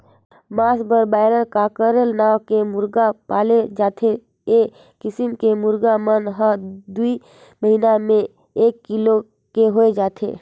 मांस बर broiler, cockerel नांव के मुरगा पाले जाथे ए किसम के मुरगा मन हर दूई महिना में एक किलो के होय जाथे